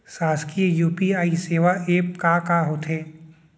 शासकीय यू.पी.आई सेवा एप का का होथे?